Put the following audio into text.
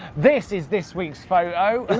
this is this weeks photo.